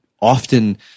often